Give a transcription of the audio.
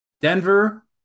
Denver